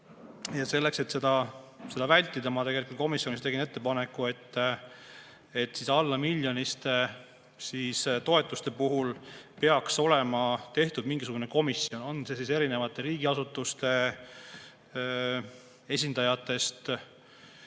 selleks. Et seda vältida, ma tegelikult komisjonis tegin ettepaneku, et alla miljoniliste toetuste puhuks peaks olema tehtud mingisugune komisjon. On see siis erinevate riigiasutuste esindajatest